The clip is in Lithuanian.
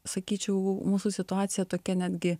sakyčiau mūsų situacija tokia netgi